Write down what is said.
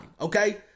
Okay